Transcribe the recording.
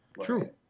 True